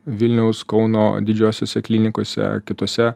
vilniaus kauno didžiosiose klinikose kitose